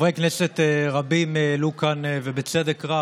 חברי כנסת רבים העלו כאן, ובצדק רב,